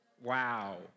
Wow